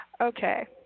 Okay